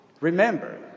Remember